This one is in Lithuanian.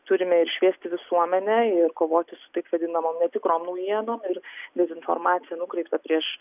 turime ir šviesti visuomenę ir kovoti su taip vadinamom netikrom naujienom ir dezinformacija nukreipta prieš